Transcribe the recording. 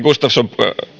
gustafsson